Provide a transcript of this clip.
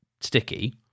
sticky